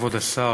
כבוד השר,